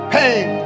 Pain